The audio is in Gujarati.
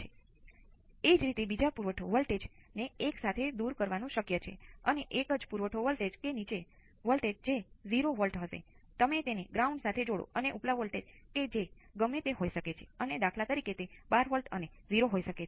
તેથી તે જ રીતે તમે ઘણા રેઝિસ્ટર ની સ્થિતિમાં ફેરફાર કરો છો ત્યારે સમય અચળાંક પણ બદલી શકે છે